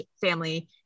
family